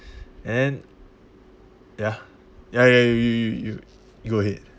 and then ya ya you you you you go ahead